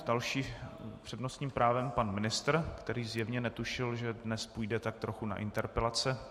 S dalším přednostním právem pan ministr, který zjevně netušil, že dnes půjde tak trochu na interpelace.